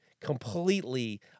completely